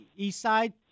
Eastside